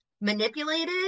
manipulated